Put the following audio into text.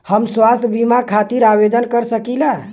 हम स्वास्थ्य बीमा खातिर आवेदन कर सकीला?